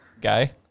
guy